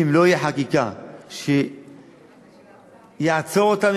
אם לא תהיה חקיקה שתעצור אותם,